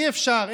אי-אפשר,